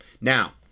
Now